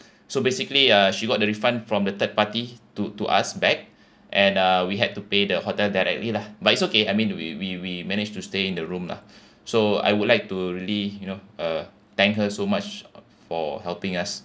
so basically uh she got the refund from the third party to to us back and uh we had to pay the hotel directly lah but it's okay I mean we we we managed to stay in the room lah so I would like to really you know uh thank her so much for helping us